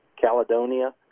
Caledonia